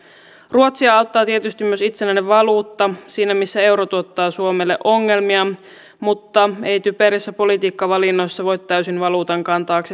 ruotsia auttaa tietysti myös itsenäinen valuutta siinä missä euro tuottaa suomelle ongelmia mutta ei typerissä politiikkavalinnoissa voi täysin valuutankaan taakse piiloutua